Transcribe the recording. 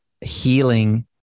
healing